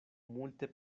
multe